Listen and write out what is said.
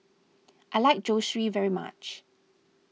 I like Zosui very much